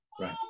right